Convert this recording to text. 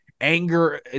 anger